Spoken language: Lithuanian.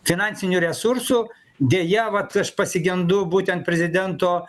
finansinių resursų deja vat aš pasigendu būtent prezidento